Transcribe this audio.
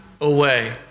away